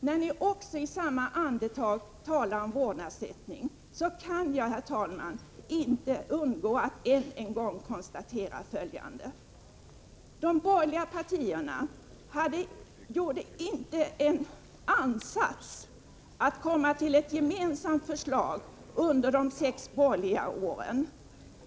När ni i samma andetag talar om vårdnadsersättning kan jag inte, herr talman, underlåta att än en gång konstatera följande: De borgerliga partierna gjorde inte en enda ansats att komma fram till ett gemensamt förslag under de sex borgerliga åren.